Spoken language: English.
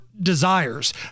desires